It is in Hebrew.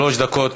שלוש דקות.